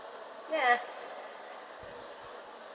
ya